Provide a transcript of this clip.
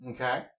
Okay